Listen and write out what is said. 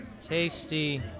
tasty